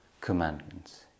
commandments